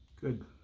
good